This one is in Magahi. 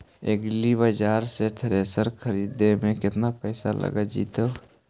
एग्रिबाजार से थ्रेसर खरिदे में केतना पैसा लग जितै?